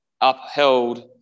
upheld